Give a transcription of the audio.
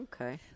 Okay